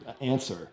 answer